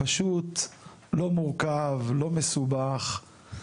פשוט, לא מורכב, לא מסובך,